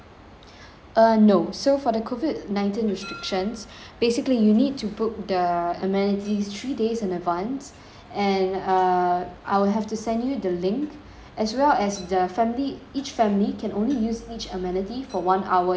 uh no so for the COVID nineteen restrictions basically you need to book the amenities three days in advance and err I will have to send you the link as well as the family each family can only use each amenity for one hour each day